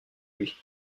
lui